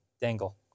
dangle